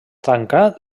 tancà